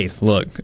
look